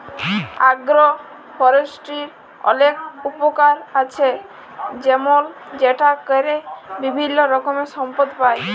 আগ্র ফরেষ্ট্রীর অলেক উপকার আছে যেমল সেটা ক্যরে বিভিল্য রকমের সম্পদ পাই